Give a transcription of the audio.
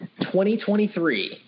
2023